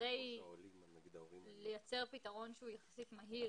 כדי לייצר פתרון שהוא יחסית מהיר